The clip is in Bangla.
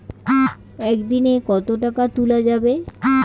একদিন এ কতো টাকা তুলা যাবে?